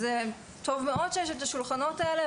זה טוב מאוד שיש את השולחנות האלה,